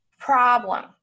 problem